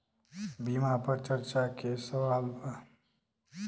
बीमा पर चर्चा के सवाल बा?